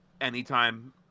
Anytime